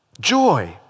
Joy